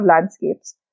landscapes